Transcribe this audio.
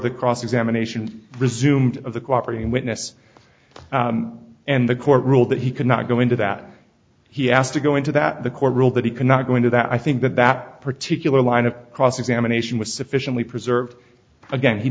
the cross examination resumed of the cooperating witness and the court ruled that he could not go into that he asked to go into that the court ruled that he could not go into that i think that that particular line of cross examination was sufficiently preserved again he